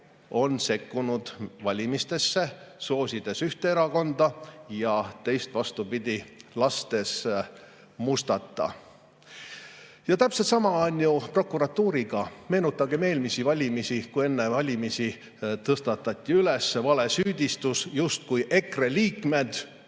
on sekkunud valimistesse, soosides ühte erakonda, ja teist, vastupidi, lastes mustata. Täpselt sama on prokuratuuriga. Meenutagem eelmisi valimisi, kui enne valimisi tõstatati valesüüdistus, justkui EKRE liikmed,